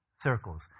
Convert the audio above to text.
circles